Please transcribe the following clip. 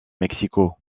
mexico